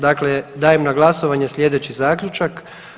Dakle, daje na glasovanje slijedeći zaključak.